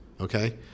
okay